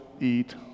eat